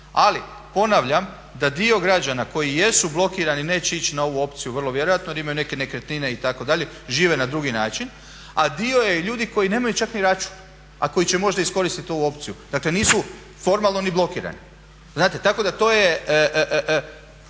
Ali ponavljam da dio građana koji jesu blokirani neće ići na ovu opciju vrlo vjerojatno jer imaju neke nekretnine itd., žive ne drugi način, a dio je ljudi koji nemaju čak ni račun a koji će možda iskoristiti ovu opciju. Dakle, nisu formalno ni blokirani znate? Tako da to je